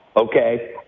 okay